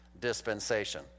dispensation